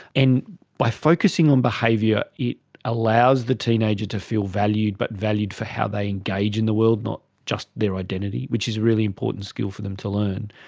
and by focusing on behaviour it allows the teenager to feel valued, but valued for how they engage in the world, not just their identity, which is a really important skill for them to learn.